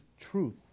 truth